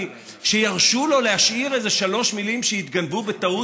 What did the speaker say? שירשו לו להשאיר איזה שלוש מילים שהתגנבו בטעות,